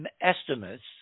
estimates